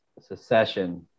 secession